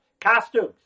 costumes